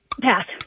Pass